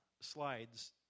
slides